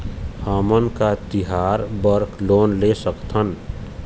हमन का तिहार बर लोन ले सकथन?